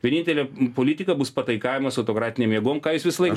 vienintelė politika bus pataikavimas autokratinėm jėgom ką jis visąlaik